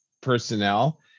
personnel